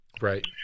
right